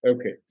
Okay